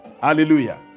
hallelujah